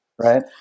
right